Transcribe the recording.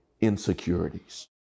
insecurities